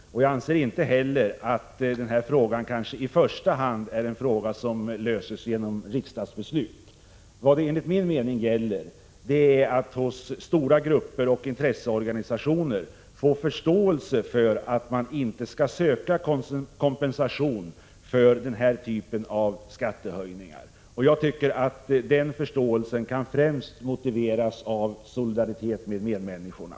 Jag anser inte heller att den här frågan i första hand löses genom riksdagsbeslut. Vad det enligt min mening gäller är att hos stora grupper och intresseorganisationer få förståelse för att man inte skall söka kompensation för den här typen av skattehöjningar. Jag tycker att den förståelsen kan främst motiveras av solidaritet med medmänniskorna.